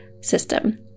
system